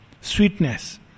Sweetness